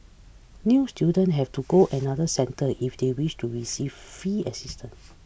new student have to go another centre if they wish to receive fee assistance